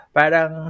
parang